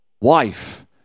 wife